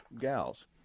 gals